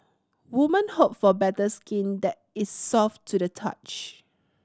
woman hope for better skin that is soft to the touch